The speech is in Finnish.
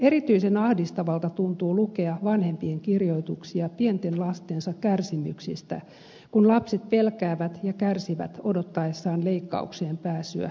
erityisen ahdistavalta tuntuu lukea vanhempien kirjoituksia pienten lastensa kärsimyksistä kun lapset pelkäävät ja kärsivät odottaessaan leikkaukseen pääsyä ja muita hoitoja